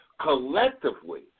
collectively